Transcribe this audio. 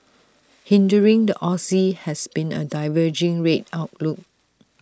hindering the Aussie has been A diverging rate outlook